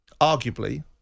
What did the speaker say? arguably